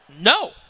No